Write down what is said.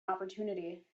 opportunity